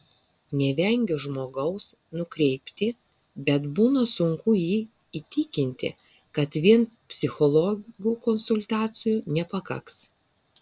nevengiu žmogaus nukreipti bet būna sunku jį įtikinti kad vien psichologų konsultacijų nepakaks